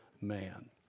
man